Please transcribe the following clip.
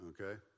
okay